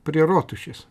prie rotušės